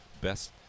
best